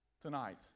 tonight